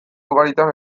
ugaritan